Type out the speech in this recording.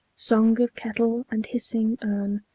song of kettle, and hissing urn,